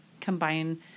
combine